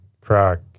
crack